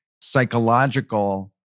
psychological